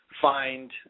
find